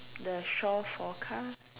the share forecast